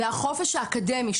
החופש האקדמי,